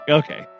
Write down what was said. okay